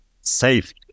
safe